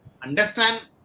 understand